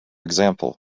example